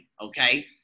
Okay